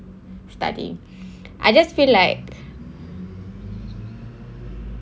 study I just feel like